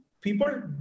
people